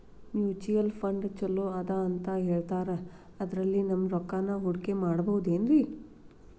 Mutual fund ಛಲೋ ಅದಾ ಅಂತಾ ಹೇಳ್ತಾರ ಅದ್ರಲ್ಲಿ ನಮ್ ರೊಕ್ಕನಾ ಹೂಡಕಿ ಮಾಡಬೋದೇನ್ರಿ?